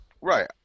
Right